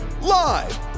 live